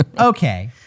Okay